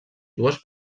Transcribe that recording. dues